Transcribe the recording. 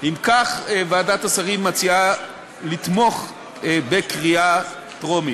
אם כך, ועדת השרים מציעה לתמוך בקריאה טרומית.